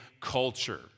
culture